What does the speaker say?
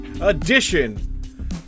edition